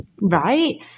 right